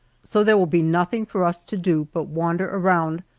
so there will be nothing for us to do but wander around,